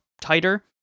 tighter